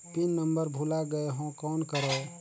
Pin number भुला गयें हो कौन करव?